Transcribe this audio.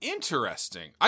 Interesting